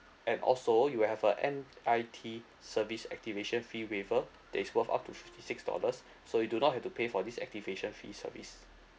and also you will have a N_I_T service activation fee waiver that is worth up to fifty six dollars so you do not have to pay for this activation fee service